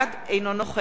אינו נוכח